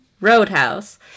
Roadhouse